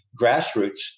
grassroots